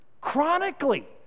chronically